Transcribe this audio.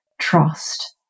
trust